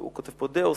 הוא כותב פה דיאוס.